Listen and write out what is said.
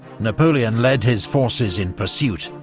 napoleon led his forces in pursuit,